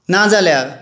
ना जाल्यार